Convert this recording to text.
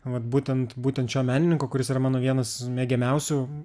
vat būtent būtent šio menininko kuris yra mano vienas mėgiamiausių